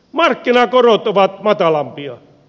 markkinakorot ovat matalampia